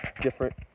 different